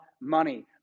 money